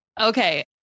okay